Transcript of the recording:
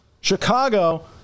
chicago